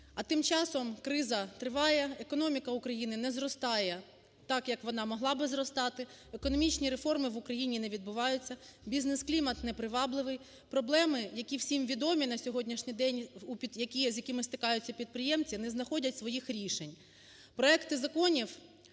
А тим часом криза триває, економіка України не зростає так, як вона могла би зростати. Економічні реформи в Україні не відбуваються, бізнес-клімат непривабливий. Проблеми, які всім відомі на сьогоднішній день, з якими стикаються підприємці, не знаходять своїх рішень.